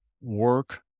work